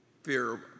fear